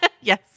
Yes